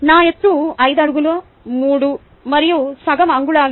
నా ఎత్తు 5 అడుగులు 3 మరియు సగం అంగుళాలు